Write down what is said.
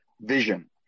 vision